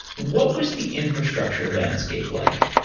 what was the infrastructure landscape like?